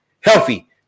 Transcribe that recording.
healthy